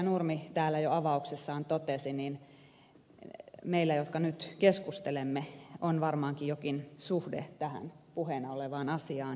nurmi täällä jo avauksessaan totesi niin meillä jotka nyt keskustelemme on varmaankin jokin suhde tähän puheena olevaan asiaan